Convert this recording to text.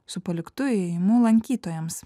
su paliktu įėjimu lankytojams